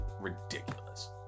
ridiculous